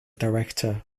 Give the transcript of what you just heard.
director